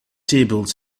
table